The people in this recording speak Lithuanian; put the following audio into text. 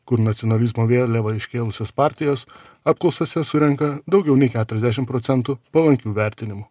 kur nacionalizmo vėliavą iškėlusios partijos apklausose surenka daugiau nei keturiasdešimt procentų palankių vertinimų